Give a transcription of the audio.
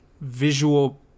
visual